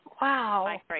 Wow